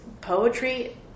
poetry